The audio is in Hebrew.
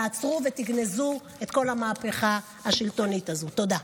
תעצרו ותגנזו את כל המהפכה השלטונית הזו, תודה.